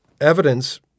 evidence